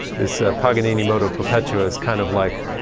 this paganini moto perpetuo is kind of like